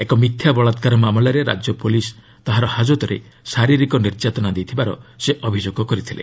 ଏକ ମିଥ୍ୟା ବଳାକାର ମାମଲାରେ ରାଜ୍ୟ ପ୍ରଲିସ୍ ତାହାର ହାଜତ୍ରେ ଶାରୀରିକ ନିର୍ଯାତନା ଦେଇଥିବାର ସେ ଅଭିଯୋଗ କରିଛନ୍ତି